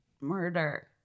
murder